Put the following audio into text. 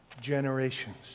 generations